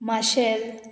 Marcel